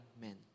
men